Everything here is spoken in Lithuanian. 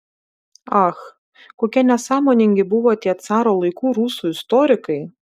ach kokie nesąmoningi buvo tie caro laikų rusų istorikai